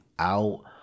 out